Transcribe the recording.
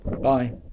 bye